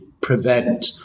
prevent